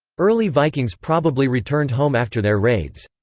early vikings probably returned home after their raids.